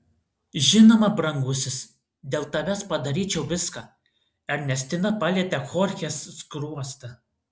žinoma brangusis dėl tavęs padaryčiau viską ernestina palietė chorchės skruostą